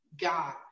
God